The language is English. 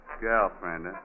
girlfriend